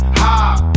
hop